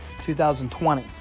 2020